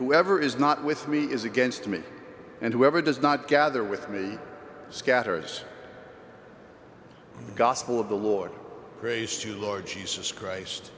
whoever is not with me is against me and whoever does not gather with me scatters the gospel of the lord prays to lord jesus christ